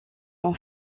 sont